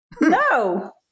No